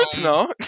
no